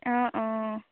অঁ অঁ